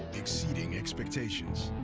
exceeding expectations